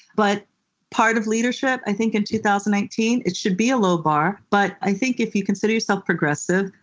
but part of leadership, i think, in two thousand and nineteen it should be a low bar. but i think if you consider yourself progressive,